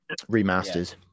remasters